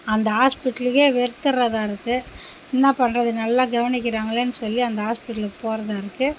அந்த ஹாஸ்பிடலுக்கே வெறுத்தருறதா இருக்குது என்ன பண்றது நல்லா கவனிக்கிறாங்களேனு சொல்லி அந்த ஹாஸ்பிடலுக்கு போகிறதா இருக்குது